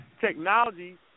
technology